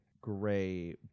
gray